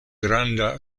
granda